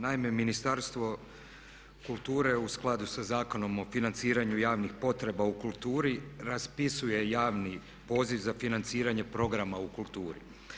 Naime, Ministarstvo kulture u skladu sa Zakonom o financiranju javnih potreba u kulturi raspisuje javni poziv za financiranje programa u kulturi.